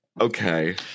okay